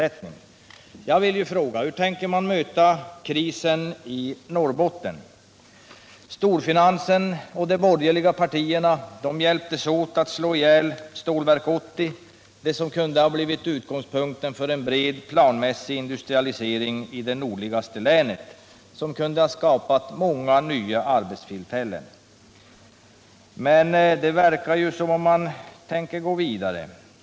129 för att främja sysselsättningen Jag vill också fråga: Hur tänker man möta krisen i Norrbotten? Storfinansen och de borgerliga partierna hjälptes åt att slå ihjäl Stålverk 80, som kunde blivit utgångspunkt för en bred planmässig industrialisering i det nordligaste länet. Det kunde ha skapat många nya arbetstillfällen. Men det verkar som om man tänker gå vidare.